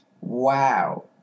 Wow